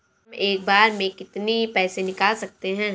हम एक बार में कितनी पैसे निकाल सकते हैं?